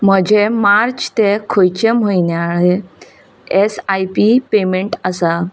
म्हजें मार्च ते खंयचें म्हयन्याळें एसआयपी पेमँट आसा